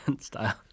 style